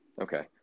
okay